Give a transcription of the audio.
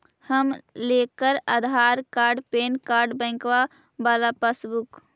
हम लेकर Aadhaar card PAN card बैंकवा वाला पासबुक?